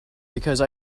because